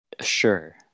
Sure